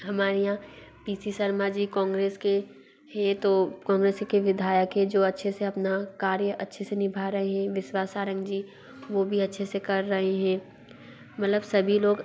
हमाए यहाँ P C Sharma ji Congress के है तो कॉन्ग्रेस के विधायक हैं जो अच्छे से अपना कार्य अच्छे से निभा रहे हैं विश्वास सारंग जी वो भी अच्छे से कर रहे हैं मतलब सभी लोग